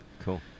Cool